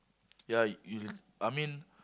ya you I mean